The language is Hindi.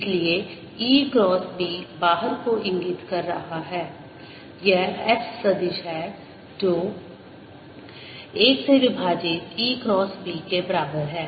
इसलिए E क्रॉस B बाहर को इंगित कर रहा है यह S सदिश है जो 1 से विभाजित E क्रॉस B के बराबर है